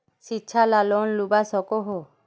शिक्षा ला लोन लुबा सकोहो?